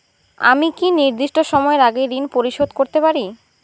আমি কি নির্দিষ্ট সময়ের আগেই ঋন পরিশোধ করতে পারি?